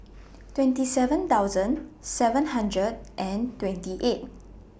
twenty seven thousand seven hundred and twenty eight